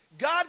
God